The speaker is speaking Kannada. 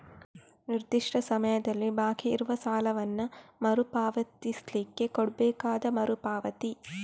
ನಿರ್ದಿಷ್ಟ ಸಮಯದಲ್ಲಿ ಬಾಕಿ ಇರುವ ಸಾಲವನ್ನ ಮರು ಪಾವತಿಸ್ಲಿಕ್ಕೆ ಮಾಡ್ಬೇಕಾದ ಮರು ಪಾವತಿ